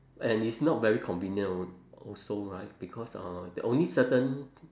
and it's not very convenient al~ also right because uh only certain